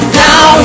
now